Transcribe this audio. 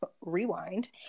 Rewind